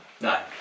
no